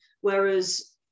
Whereas